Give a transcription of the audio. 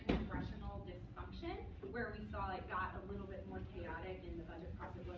congressional dysfunction, but where we saw it got a little bit more chaotic and the budget process